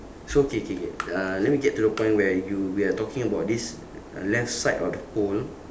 so okay okay okay uh let me get to the point where you we are talking about this left side of the pole